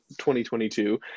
2022